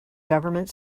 government